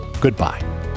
Goodbye